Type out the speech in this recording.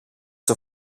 the